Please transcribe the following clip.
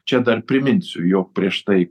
čia dar priminsiu jog prieš tai